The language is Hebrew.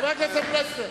חבר הכנסת פלסנר.